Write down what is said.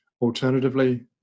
Alternatively